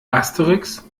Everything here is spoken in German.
asterix